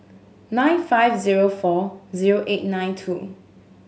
nine five zero four zero eight nine two